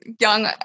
young